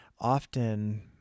often